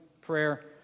prayer